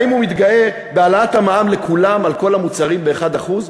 האם הוא מתגאה בהעלאת המע"מ לכולם על כל המוצרים ב-1%?